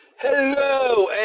Hello